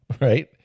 right